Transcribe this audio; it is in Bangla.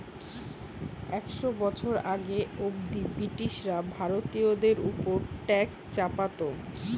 একশ বছর আগে অব্দি ব্রিটিশরা ভারতীয়দের উপর ট্যাক্স চাপতো